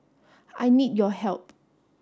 I need your help